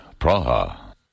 Praha